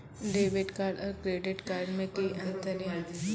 Debit card और credit card मे कि अंतर या?